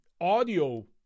audio